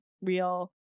real